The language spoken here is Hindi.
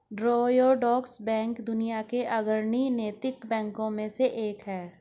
ट्रायोडोस बैंक दुनिया के अग्रणी नैतिक बैंकों में से एक है